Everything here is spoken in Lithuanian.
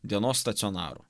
dienos stacionaru